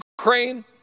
Ukraine